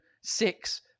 six